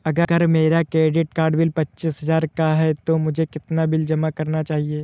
अगर मेरा credit card bill पच्चीस हजार का है तो मुझे कितना बिल जमा करना चाहिए?